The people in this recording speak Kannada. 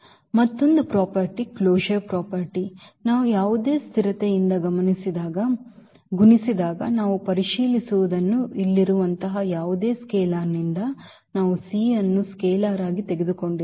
ಮತ್ತು ಮತ್ತೊಂದು property closure property ನಾವು ಯಾವುದೇ ಸ್ಥಿರತೆಯಿಂದ ಗುಣಿಸಿದಾಗ ನಾವು ಪರಿಶೀಲಿಸುವದನ್ನು ಇಲ್ಲಿರುವಂತಹ ಯಾವುದೇ ಸ್ಕೇಲಾರ್ನಿಂದ ನಾವು c ಅನ್ನು ಸ್ಕೇಲಾರ್ ಆಗಿ ತೆಗೆದುಕೊಂಡಿದ್ದೇವೆ